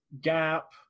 Gap